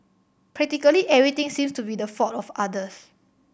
practically everything seems to be the fault of others